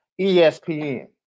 ESPN